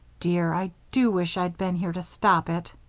dear, i do wish i'd been here to stop it!